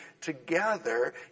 together